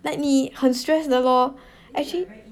like 你很 stress 的 lor